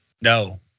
No